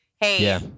Hey